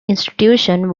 institution